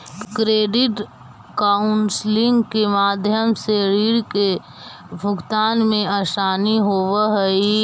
credit counselling के माध्यम से रीड के भुगतान में असानी होवऽ हई